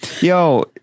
Yo